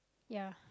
ya